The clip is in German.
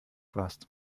warst